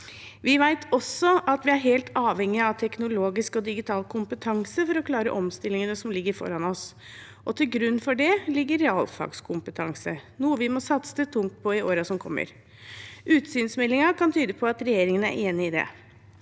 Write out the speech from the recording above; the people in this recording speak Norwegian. Vi vet også at vi er helt avhengig av teknologisk og digital kompetanse for å klare omstillingene som ligger foran oss, og til grunn for det ligger realfagskompetanse, noe vi må satse tungt på i årene som kommer. Utsynsmeldingen kan tyde på at regjeringen er enig i det.